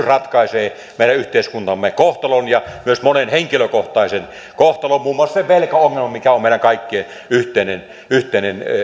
ratkaisee meidän yhteiskuntamme kohtalon ja myös monen henkilökohtaisen kohtalon muun muassa sen velkaongelman mikä on meidän kaikkien yhteinen yhteinen